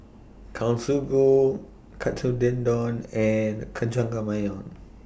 Katsu Tendon and